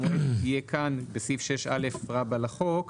המועד יהיה כאן בסעיף 6א רב על החוק,